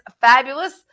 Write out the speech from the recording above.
fabulous